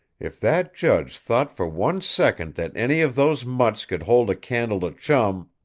if that judge thought for one second that any of those mutts could hold a candle to chum.